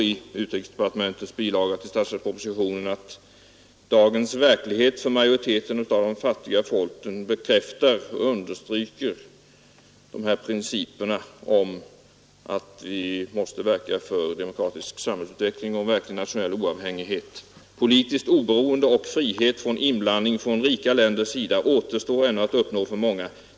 I utrikesdepartementets bilaga till statsverkspropositionen i år sägs det t.ex. att dagens verklighet för majoriteten av de fattiga folken bekräftar och understryker principerna om att vi måste verka för demokratisk samhällsutveckling och för en verklig nationell oavhängighet. Politiskt oberoende och frihet från inblandning från rika länders sida återstår ännu att uppnå för många.